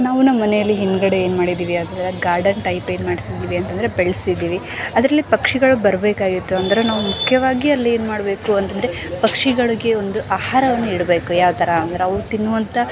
ನಾವು ನಮ್ಮ ಮನೇಲಿ ಹಿಂದುಗಡೆ ಏನು ಮಾಡಿದ್ದೀವಿ ಅಂದ್ರೆ ಗಾರ್ಡನ್ ಟೈಪ್ ಏನು ಮಾಡ್ಸಿದ್ದೀವಿ ಅಂತ ಅಂದ್ರೆ ಬೆಳ್ಸಿದ್ದೀವಿ ಅದರಲ್ಲಿ ಪಕ್ಷಿಗಳು ಬರಬೇಕಾಗಿತ್ತು ಅಂದ್ರೆ ನಾವು ಮುಖ್ಯವಾಗಿ ಅಲ್ಲಿ ಏನು ಮಾಡಬೇಕು ಅಂತ ಅಂದ್ರೆ ಪಕ್ಷಿಗಳಿಗೆ ಒಂದು ಆಹಾರವನ್ನ ಇಡಬೇಕು ಯಾವ ಥರ ಅಂದ್ರೆ ಅವು ತಿನ್ನುವಂಥ